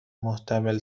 ماندگاری